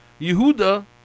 Yehuda